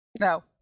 No